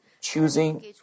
choosing